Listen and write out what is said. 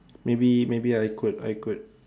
maybe maybe I could I could